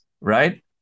right